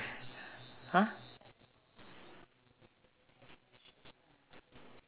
!huh!